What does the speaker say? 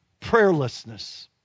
Prayerlessness